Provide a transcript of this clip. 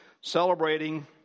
celebrating